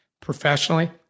professionally